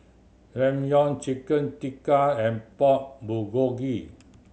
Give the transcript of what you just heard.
Ramyeon Chicken Tikka and Pork Bulgogi